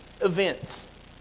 events